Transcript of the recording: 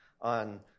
on